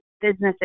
businesses